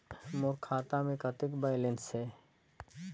मोर खाता मे कतेक बैलेंस हे?